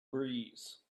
breeze